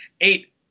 eight